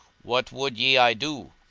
what would ye i do?